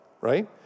right